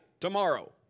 tomorrow